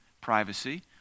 privacy